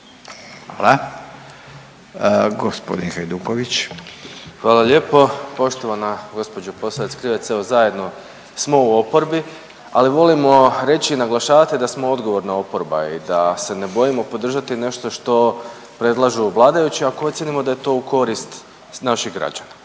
Domagoj (Socijaldemokrati)** Hvala lijepo. Poštovana gospođo Posavec Krivec, evo zajedno smo u oporbi, ali volimo reći i naglašavati da smo odgovorna oporba i da se ne bojimo podržati nešto što predlažu vladajući ako ocijenimo da je to u korist naših građana.